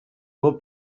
بوب